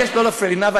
אני מבקש שלא להפריע לי.